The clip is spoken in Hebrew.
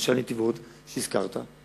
למשל נתיבות שהזכרת,